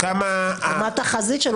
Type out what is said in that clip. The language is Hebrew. --- מה התחזית של הגבייה?